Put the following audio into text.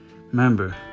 remember